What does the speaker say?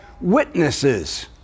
witnesses